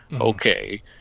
Okay